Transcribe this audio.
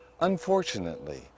Unfortunately